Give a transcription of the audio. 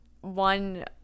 one